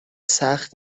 سخت